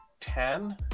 ten